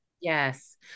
Yes